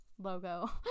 logo